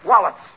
Wallets